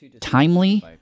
timely